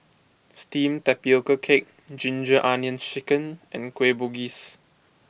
Steamed Tapioca Cake Ginger Onions Chicken and Kueh Bugis